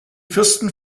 fürsten